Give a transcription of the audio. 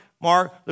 Mark